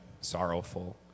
sorrowful